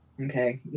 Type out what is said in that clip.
Okay